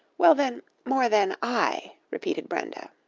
well, then, more than i, repeated brenda.